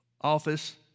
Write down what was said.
office